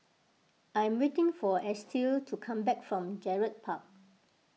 I am waiting for Estill to come back from Gerald Park